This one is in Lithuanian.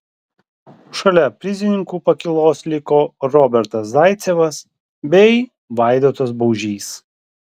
šalia prizininkų pakylos liko robertas zaicevas bei vaidotas baužys